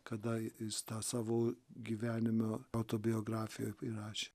kada jis tą savo gyvenime autobiografijoj įrašė